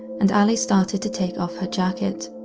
and allie started to take off her jacket.